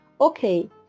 okay